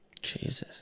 Jesus